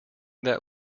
that